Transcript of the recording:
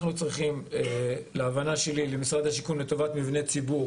אנחנו צריכים לתת למשרד השיכון לטובת מבני ציבור